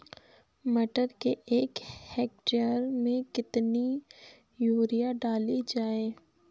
मटर के एक हेक्टेयर में कितनी यूरिया डाली जाए?